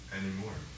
anymore